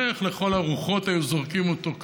לך לכל הרוחות, היו זורקים אותו.